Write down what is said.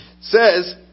says